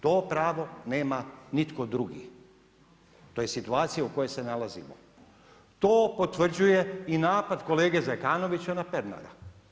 To pravo nema nitko drugi, to je situacija u kojoj se nalazimo, to potvrđuje i napad kolege Zekanovića na Pernara.